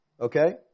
Okay